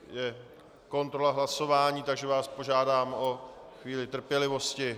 Je kontrola hlasování, takže vás požádám o chvíli trpělivosti.